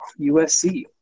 USC